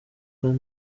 cote